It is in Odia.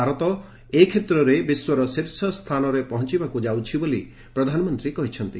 ଭାରତ ଏ କ୍ଷେତ୍ରରେ ବିଶ୍ୱର ଶୀର୍ଷ ସ୍ଥାନରେ ପହଞ୍ଚିବାକୁ ଯାଉଛି ବୋଲି ପ୍ରଧାନମନ୍ତ୍ରୀ କହିଛନ୍ତି